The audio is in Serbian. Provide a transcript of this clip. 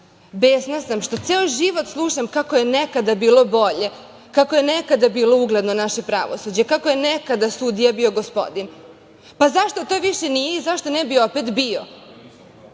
besna sam što ceo život slušam, kako je nekada bilo bolje, kako je nekada bilo ugledno naše pravosuđe, kako je nekada sudija bio gospodin. Pa, zašto to više nije i zašto ne bi opet bio? Ja